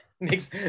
Makes